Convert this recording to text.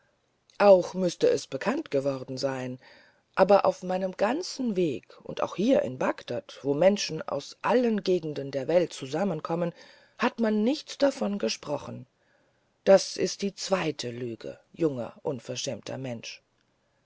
auch müßte es bekanntgeworden sein aber auf meinem ganzen weg und auch hier in bagdad wo menschen aus allen gegenden der welt zusammenkommen hat man nichts davon gesprochen das ist die zweite lüge junger unverschämter mensch